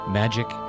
magic